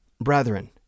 Brethren